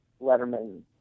Letterman